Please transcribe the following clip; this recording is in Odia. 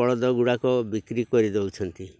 ବଳଦ ଗୁଡ଼ାକ ବିକ୍ରି କରିଦେଉଛନ୍ତି